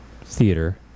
theater